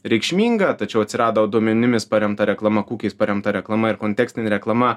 reikšminga tačiau atsirado duomenimis paremta reklama kukiais paremta reklama ir kontekstinė reklama